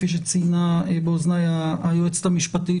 כפי שציינה באוזניי היועצת המשפטית,